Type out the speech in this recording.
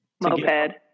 Moped